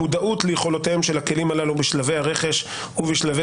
המודעות ליכולותיהם של הכלים הללו בשלבי הרכש ובשלבי